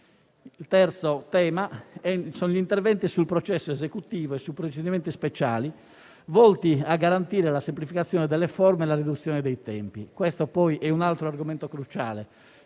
indirizzo riguarda gli interventi sul processo esecutivo e sui procedimenti speciali, volti a garantire la semplificazione delle forme e la riduzione dei tempi. Quest'ultimo è un altro argomento cruciale.